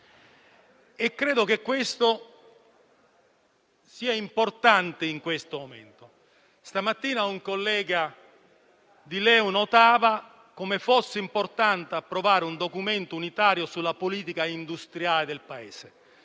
Credo che ciò sia importante in questo momento. Stamattina un collega di Liberi e Uguali notava come fosse importante approvare un documento unitario sulla politica industriale del Paese;